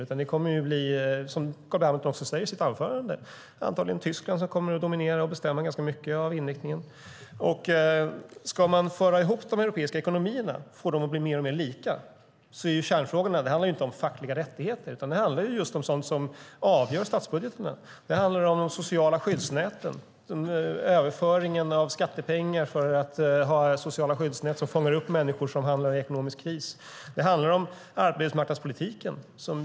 I stället kommer det, precis som Carl B Hamilton säger i sitt anförande, antagligen att bli Tyskland som kommer att dominera och bestämma ganska mycket av inriktningen. Ska man föra ihop de europeiska ekonomierna och få dem att bli mer och mer lika handlar det inte om fackliga rättigheter. Det handlar om sådant som avgör statsbudgetarna. Det handlar om de sociala skyddsnäten, överföringen av skattepengar för att ha sociala skyddsnät som fångar upp människor som hamnar i ekonomisk kris, och det handlar om arbetsmarknadspolitiken.